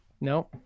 No